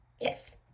Yes